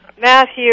Matthew